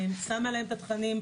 ששמה להם את התכנים,